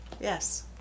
yes